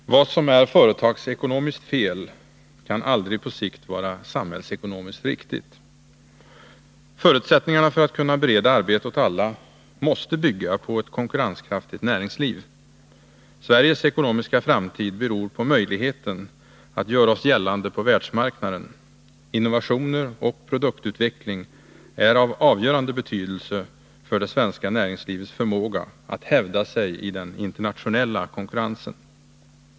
Herr talman! Vad som är företagsekonomiskt fel kan aldrig på sikt vara samhällsekonomiskt riktigt. Förutsättningarna för att kunna bereda arbete åt alla måste bygga på ett konkurrenskraftigt näringsliv. Sveriges ekonomiska framtid beror på möjligheten för Sverige att göra sig gällande på världsmarknaden. Innovationer och produktutveckling är av avgörande betydelse för det svenska näringslivets förmåga att hävda sig i den internationella konkurrensen.